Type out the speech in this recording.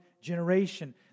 generation